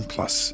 Plus